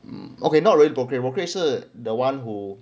um okay not really brokerage brokerage 是 the one who